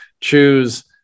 choose